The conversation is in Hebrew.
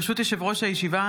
ברשות יושב-ראש הישיבה,